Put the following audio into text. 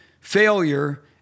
failure